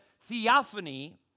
theophany